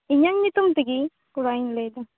ᱤᱧᱟᱹᱜ ᱧᱩᱛᱩᱢ ᱛᱮᱜᱮ ᱠᱚᱨᱟᱣᱤᱧ ᱞᱟ ᱭᱮᱫᱟ